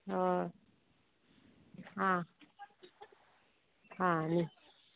हय आं आं आनी